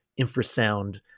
infrasound